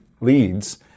leads